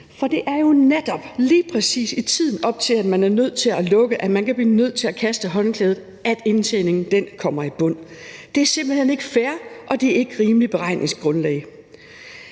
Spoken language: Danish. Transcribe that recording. For det er jo netop lige præcis i tiden op til, at man er nødt til at lukke, at man kan blive nødt til at kaste håndklædet, at indtjeningen kommer i bund. Så det er simpelt hen ikke fair, og det er ikke et rimeligt beregningsgrundlag.